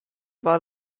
war